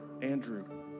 Andrew